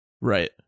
Right